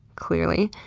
clearly,